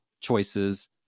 choices